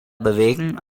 bewegen